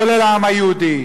כולל העם היהודי.